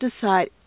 decide